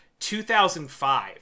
2005